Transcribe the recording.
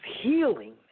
healing